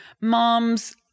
moms